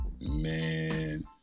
Man